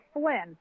Flynn